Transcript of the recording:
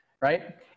right